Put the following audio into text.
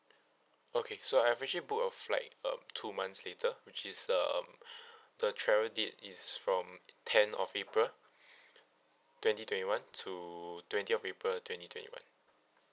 okay so I've actually booked a flight um two months later which is um the travel date is from ten of april twenty twenty one to twenty of april twenty twenty one